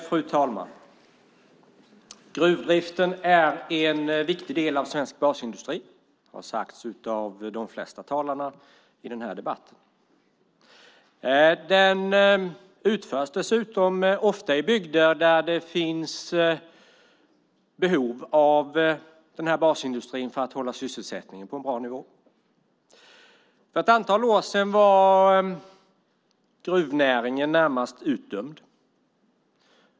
Fru talman! Gruvdriften är en viktig del av svensk basindustri. Det har sagts av de flesta talarna i den här debatten. Den utförs dessutom ofta i bygder där det finns behov av basindustrin för att hålla sysselsättningen på en bra nivå. För ett antal år sedan var gruvnäringen närmast utdömd.